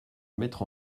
mettre